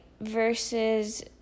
versus